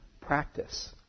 practice